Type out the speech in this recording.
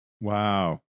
Wow